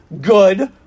good